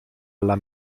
alla